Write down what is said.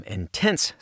intense